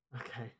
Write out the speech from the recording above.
Okay